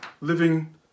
living